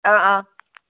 ꯑꯥ ꯑꯪ